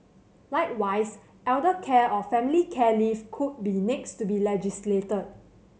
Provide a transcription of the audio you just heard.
likewise elder care or family care leave could be next to be legislated